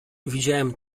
widziałem